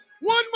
One